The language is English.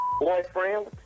boyfriend